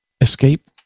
Escape